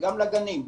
וגם לגנים,